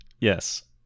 Yes